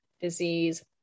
disease